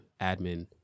admin